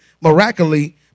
miraculously